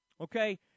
Okay